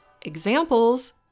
examples